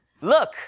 look